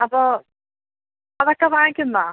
അപ്പോൾ അത് ഒക്കെ വാങ്ങിക്കുന്നോ